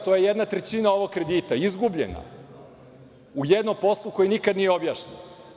To je jedna trećina ovog kredita, izgubljena u jednom poslu koji nikada nije objašnjen.